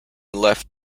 left